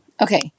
Okay